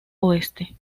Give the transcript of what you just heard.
oeste